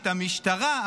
המשטרה,